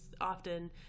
often